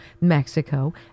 Mexico